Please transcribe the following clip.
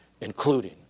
including